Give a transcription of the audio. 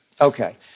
Okay